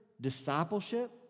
discipleship